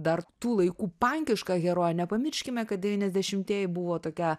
dar tų laikų pankiška herojė nepamirškime kad devyniasdešimtieji buvo tokia